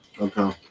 Okay